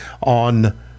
on